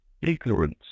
ignorance